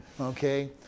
Okay